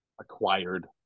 Acquired